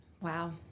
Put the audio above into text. Wow